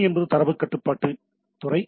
21 என்பது கட்டுப்பாட்டு துறை